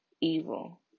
evil